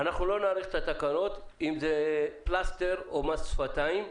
נאריך את התקנות אם זה פלסטר או מס שפתיים.